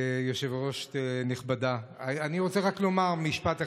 יושבת-ראש נכבדה, אני רוצה רק לומר משפט אחד.